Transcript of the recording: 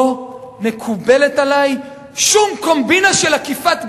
לא מקובלת עלי שום קומבינה של עקיפת בג"ץ.